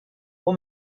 aux